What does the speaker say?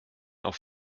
auf